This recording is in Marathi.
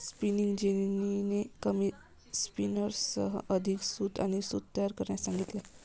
स्पिनिंग जेनीने कमी स्पिनर्ससह अधिक सूत आणि सूत तयार करण्यास सांगितले